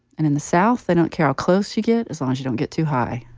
and in the south they don't care how close you get as long as you don't get too high.